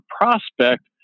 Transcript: prospect